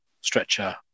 stretcher